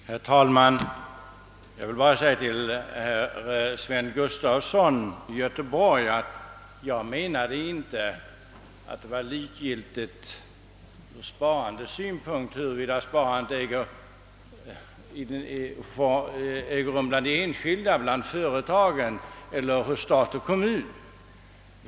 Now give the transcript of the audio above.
Herr talman! Jag menade inte, herr Gustafson i Göteborg, att det ur sparandets synpunkt var likgiltigt huruvida det ägde rum bland de enskilda, bland företagen eller hos stat och kommun.